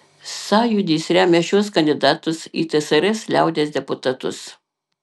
sąjūdis remia šiuos kandidatus į tsrs liaudies deputatus